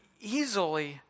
easily